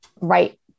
right